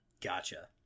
Gotcha